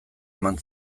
eman